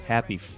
Happy